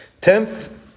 Tenth